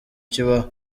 kibaho